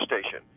station